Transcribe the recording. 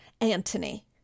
Antony